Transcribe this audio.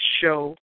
show